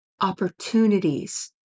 opportunities